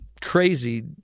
crazy –